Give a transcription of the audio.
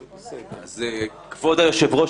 זה האירוע.